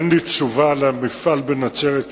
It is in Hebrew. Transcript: אין לי תשובה על המפעל בנצרת,